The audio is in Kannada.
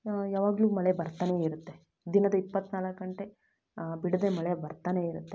ಯಾವಾಗ್ಲೂ ಮಳೆ ಬರ್ತನೇ ಇರುತ್ತೆ ದಿನದ ಇಪ್ಪತ್ನಾಲ್ಕು ಗಂಟೆ ಬಿಡದೆ ಮಳೆ ಬರ್ತನೇ ಇರುತ್ತೆ